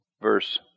verse